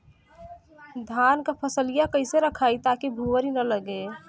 धान क फसलिया कईसे रखाई ताकि भुवरी न लगे?